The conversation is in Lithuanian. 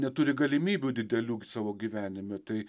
neturi galimybių didelių savo gyvenime tai